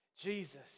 Jesus